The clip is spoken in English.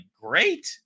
great